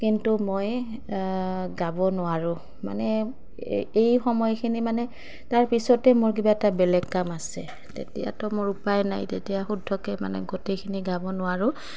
কিন্তু মই গাব নোৱাৰোঁ মানে এই সময়খিনি মানে তাৰ পিছতে মোৰ কিবা এটা বেলেগ কাম আছে তেতিয়াতো মোৰ উপায় নাই তেতিয়া শুদ্ধকৈ মানে গোটেইখিনি গাব নোৱাৰোঁ